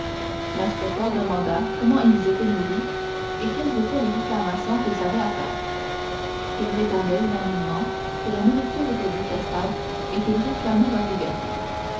l'inspecteur leur demanda comment ils étaient nourris et quelles étaient les réclamations qu'ils avaient à faire ils répondirent unanimement que la nourriture était détestable et qu'ils réclamaient leur liberté